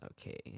Okay